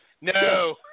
no